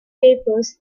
papers